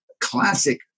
classic